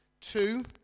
Two